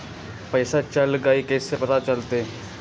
पैसा चल गयी कैसे पता चलत?